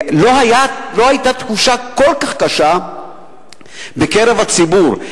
לא היתה תחושה כל כך קשה בקרב הציבור.